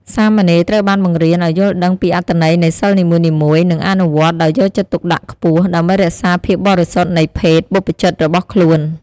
សាមណេរត្រូវបានបង្រៀនឱ្យយល់ដឹងពីអត្ថន័យនៃសីលនីមួយៗ និងអនុវត្តដោយយកចិត្តទុកដាក់ខ្ពស់ ដើម្បីរក្សាភាពបរិសុទ្ធនៃភេទបព្វជិតរបស់ខ្លួន។